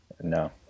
No